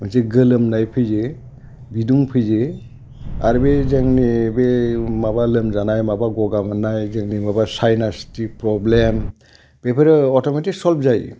मोनसे गोलोमनाय फैयो बिदुं फैयो आरो बे जोंनि बे माबा लोमजानाय माबा गगा मोननाय जोंनि माबा सायनासनि प्रब्लेम बेफोरो अट'मेटिक सल्भ जायो